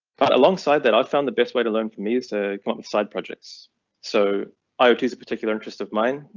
but alongside that i've found the best way to learn from you. so come up with side projects so i would choose a particular interest of mine.